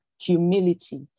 humility